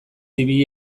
ibili